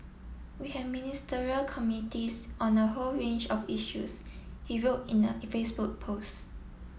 we have Ministerial committees on a whole range of issues he wrote in a Facebook post